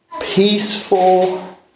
peaceful